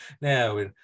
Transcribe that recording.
now